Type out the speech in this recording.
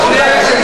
תשובה.